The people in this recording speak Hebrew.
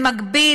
במקביל,